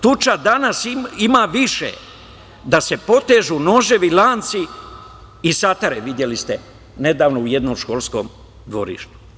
Tuča danas ima više, da se potežu noževi, lanci i satare, videli ste nedavno u jednom školskom dvorištu.